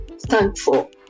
thankful